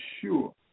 sure